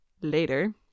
later